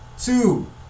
two